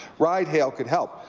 ride hail can help.